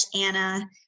Anna